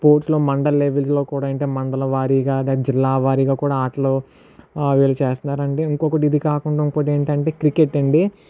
స్పోర్ట్స్లో మండల లెవెల్స్లో కూడా అంటే మండల వారీగా జిల్లా వారీగా కూడా ఆటలు వీళ్ళు చేస్తున్నారు అండి ఇంకొకటి ఇది కాకుండా ఇంకోటి ఏంటి అంటే క్రికెట్ అండి